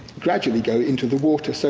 gradually go into the water. so,